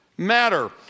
matter